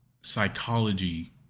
psychology